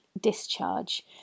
discharge